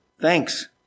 thanks